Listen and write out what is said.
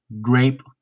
grape